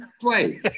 play